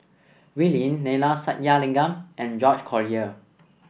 Wee Lin Neila Sathyalingam and George Collyer